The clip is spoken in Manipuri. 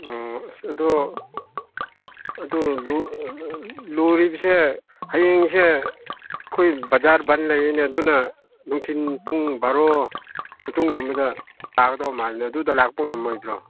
ꯑꯣ ꯑꯁ ꯑꯗꯨ ꯑꯗꯨ ꯂꯨꯔꯤꯕꯁꯦ ꯍꯌꯦꯡꯁꯦ ꯑꯩꯈꯣꯏ ꯕꯖꯥꯔ ꯕꯟ ꯂꯩꯌꯦꯅꯦ ꯑꯗꯨꯅ ꯅꯨꯡꯊꯤꯟ ꯄꯨꯡ ꯕꯥꯔꯣ ꯃꯇꯨꯡꯒꯨꯝꯕꯗ ꯇꯥꯒꯗꯧꯕ ꯃꯥꯜꯂꯦ ꯑꯗꯨꯗ ꯂꯥꯛꯄ ꯉꯝꯃꯣꯏꯗ꯭ꯔꯣ